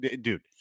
dude